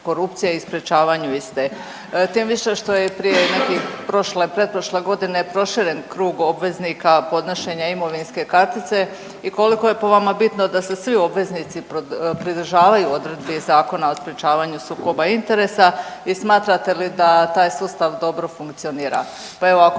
korupcije i sprječavanju iste? Tim više što je prije nekih prošle, pretprošle godine proširen krug obveznika podnošenja imovinske kartice i koliko je po vama bitno da se svi obveznici pridržavaju odredbi Zakona o sprječavanju sukoba interesa i smatrate li da taj sustav dobro funkcionira. Pa evo, ako